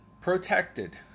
protected